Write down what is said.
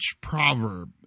proverb